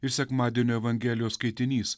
ir sekmadienio evangelijos skaitinys